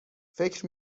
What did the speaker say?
فکر